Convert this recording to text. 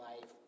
life